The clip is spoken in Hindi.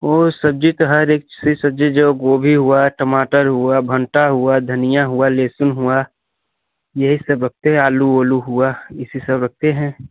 वह सब्ज़ी तो हर एक सी सब्ज़ी जो गोभी हुआ टमाटर हुआ भंटा हुआ धनिया हुआ लहसुन हुआ यही सब रखते हैं आलू ओलू हुआ इसी सब रखते हैं